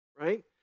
right